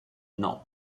not